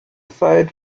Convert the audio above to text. side